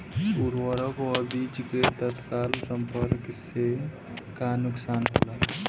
उर्वरक व बीज के तत्काल संपर्क से का नुकसान होला?